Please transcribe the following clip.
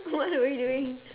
what are we doing